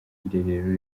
irerero